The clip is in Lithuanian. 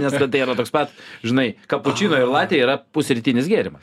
nes nu tai yra toks pat žinai kapučino ir latė yra pusrytinis gėrimas